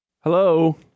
Hello